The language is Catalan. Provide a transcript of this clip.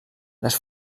les